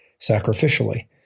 sacrificially